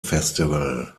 festival